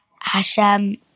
Hashem